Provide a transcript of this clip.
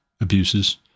abuses